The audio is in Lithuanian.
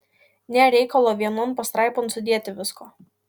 nėr reikalo vienon pastraipon sudėti visko